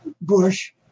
Bush